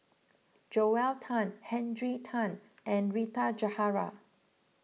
Joel Tan Henry Tan and Rita Jahara